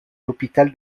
l’hôpital